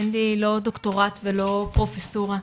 אין לי לא דוקטורט ולא פרופסורה,